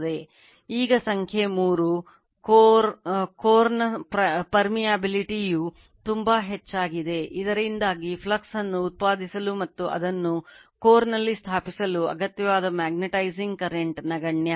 ಈಗ ಸಂಖ್ಯೆ 3 ಕೋರ್ನ permiability ಯು ತುಂಬಾ ಹೆಚ್ಚಾಗಿದೆ ಇದರಿಂದಾಗಿ ಫ್ಲಕ್ಸ್ ಅನ್ನು ಉತ್ಪಾದಿಸಲು ಮತ್ತು ಅದನ್ನು ಕೋರ್ನಲ್ಲಿ ಸ್ಥಾಪಿಸಲು ಅಗತ್ಯವಾದ ಮ್ಯಾಗ್ನೆಟೈಸಿಂಗ್ ಕರೆಂಟ್ ನಗಣ್ಯ